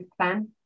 plan